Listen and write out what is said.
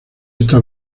esta